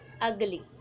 ugly